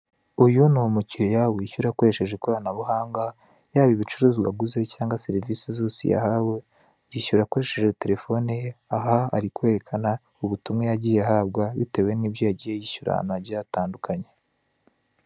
Uyu ni umukiriya wishyura akoresheje ikoranabuhanga, yaba ibicuruzwa aguze cyangwa serivisi zose yawe yishyura akoresheje telefoni ye. Aha ari kwerekana ubutumwa yagiye ahabwa bitewe n'ibyo yagiye yishyura ahantu hagiye hatandukanye.